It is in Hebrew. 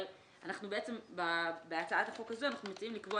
אבל בהצעת החוק הזו אנחנו מציעים לקבוע